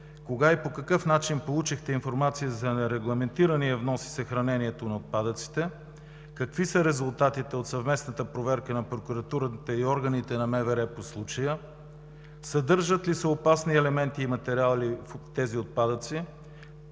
кога и по какъв начин получихте информация за нерегламентирания внос и съхранението на отпадъците; какви са резултатите от съвместната проверка на прокуратурата и органите на МВР по случая; съдържат ли се опасни елементи и материали в тези отпадъци,